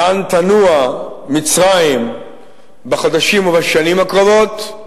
לאן תנוע מצרים בחודשים ובשנים הקרובות,